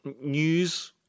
news